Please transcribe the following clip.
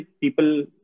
people